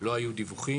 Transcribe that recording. לא היו דיווחים.